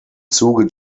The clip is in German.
zuge